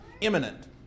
imminent